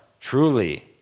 truly